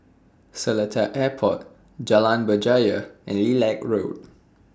Seletar Airport Jalan Berjaya and Lilac Road